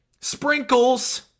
sprinkles